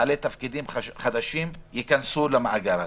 בעלי תפקידים חדשים ייכנסו למאגר הזה.